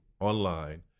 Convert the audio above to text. online